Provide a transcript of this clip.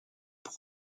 pour